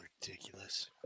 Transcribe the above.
ridiculous